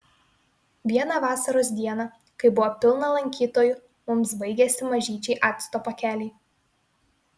vieną vasaros dieną kai buvo pilna lankytojų mums baigėsi mažyčiai acto pakeliai